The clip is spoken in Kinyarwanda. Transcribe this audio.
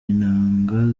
intanga